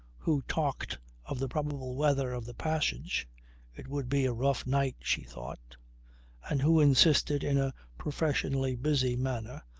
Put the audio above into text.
who talked of the probable weather of the passage it would be a rough night, she thought and who insisted in a professionally busy manner,